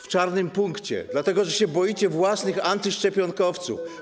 W czarnym punkcie, dlatego że się boicie własnych antyszczepionkowców.